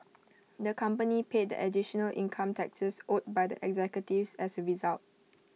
the company paid the additional income taxes owed by the executives as A result